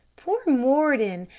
poor mordon.